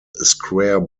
square